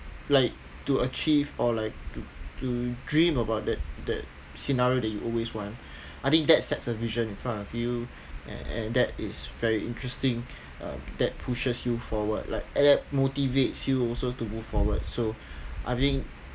like to achieve or like to to dream about that that scenario that you always want I think that sets a vision in front of you and and that is very interesting um that pushes you forward like and that motivates you also to move forward so uh being